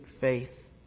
faith